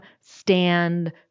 stand